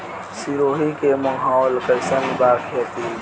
सिरोही के माहौल कईसन बा खेती खातिर?